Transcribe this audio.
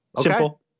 Simple